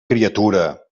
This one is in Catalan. criatura